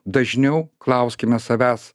dažniau klauskime savęs